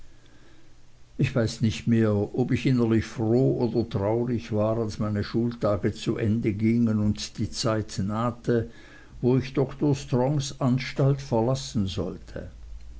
ich weiß nicht mehr ob ich innerlich froh oder traurig war als meine schultage zu ende gingen und die zeit nahte wo ich dr strongs anstalt verlassen sollte